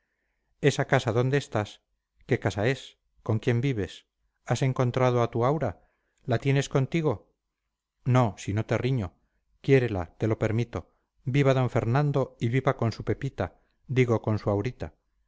esa casa donde estás qué casa es con quién vives has encontrado a tu aura la tienes contigo no si no te riño quiérela te lo permito viva d fernando y viva con su pepita digo con su aurita